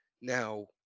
Now